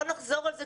לא נחזור על זה,